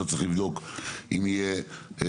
אתה --- לימור סון הר מלך (עוצמה יהודית): לא,